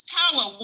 power